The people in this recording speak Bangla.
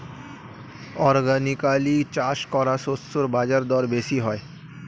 অর্গানিকালি চাষ করা শস্যের বাজারদর বেশি হয়